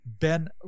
Ben